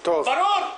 ברור?